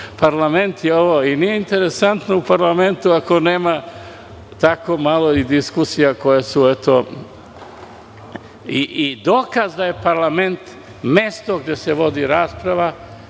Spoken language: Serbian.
parlament i nije interesantno u parlamentu ako nema malo i takvih diskusija koje su i dokaz da je parlament mesto gde se vodi rasprava,